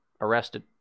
arrested